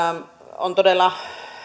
on todella